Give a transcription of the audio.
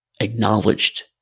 acknowledged